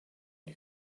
you